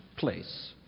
Place